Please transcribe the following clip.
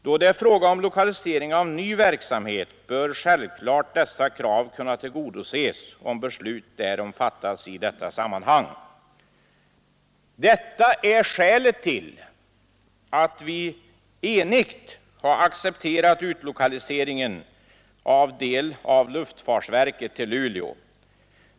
Då det är fråga om lokalisering av ny verksamhet bör självklart dessa krav kunna tillgodoses, om beslut därom fattas i detta sammanhang.” Detta är skälet till att vi enhälligt har accepterat utlokalisering av en del av luftfartsverket till Luleå.